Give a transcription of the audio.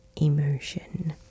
emotion